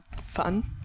fun